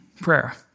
Prayer